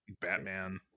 batman